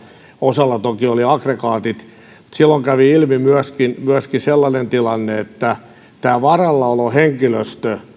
osalla toki oli aggregaatit mutta silloin kävi ilmi myöskin myöskin sellainen tilanne että tämä varallaolohenkilöstö